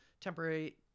temporary